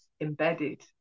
embedded